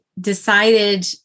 decided